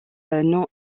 non